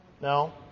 No